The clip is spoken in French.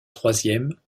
troisième